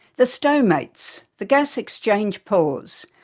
the stomates, the gas-exchange pores,